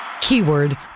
keyword